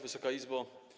Wysoka Izbo!